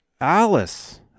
Alice